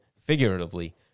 figuratively